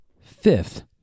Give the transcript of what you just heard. Fifth